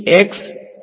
વિદ્યાર્થી તો x n